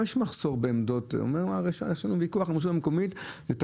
יש רשויות מקומיות שגובות מחברות תחבורה